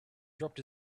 dropped